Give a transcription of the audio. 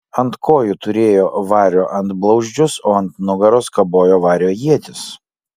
ant kojų turėjo vario antblauzdžius o ant nugaros kabojo vario ietis